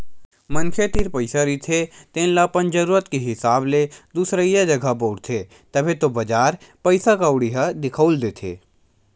मनखे तीर पइसा रहिथे तेन ल अपन जरुरत के हिसाब ले दुसरइया जघा बउरथे, तभे तो बजार पइसा कउड़ी ह दिखउल देथे